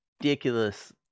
Ridiculous